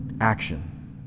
action